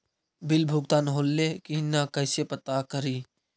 Bill भुगतान होले की न कैसे पता करी?